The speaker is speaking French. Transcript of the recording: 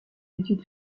études